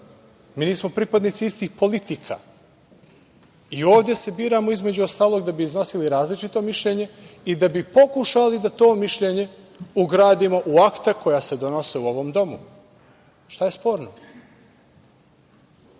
Mi nismo pripadnici istih politika. Ovde se biramo, između ostalog, da bi iznosili različito mišljenje i da bi pokušali da to mišljenje ugradimo u akta koja se donose u ovom domu. Šta je sporno? Nadam